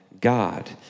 God